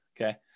okay